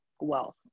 wealth